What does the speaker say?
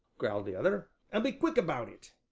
growled the other, and be quick about it.